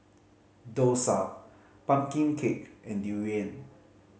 dosa pumpkin cake and durian